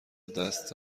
دست